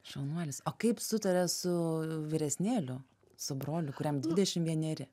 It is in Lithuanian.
šaunuolis o kaip sutaria su vyresnėliu su broliu kuriam dvidešim vieneri